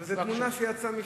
אבל זאת תמונה שיצאה משם.